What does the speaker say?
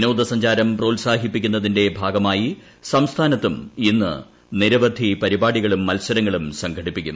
വിനോദ സഞ്ചാരം പ്രോത്സാഹിപ്പിക്കുന്നതിന്റെ ഭാഗമായി സംസ്ഥാനത്തും ഇന്ന് നിരവധി പരിപാടികളും മത്സരങ്ങളും സംഘടിപ്പിക്കും